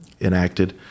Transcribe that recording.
enacted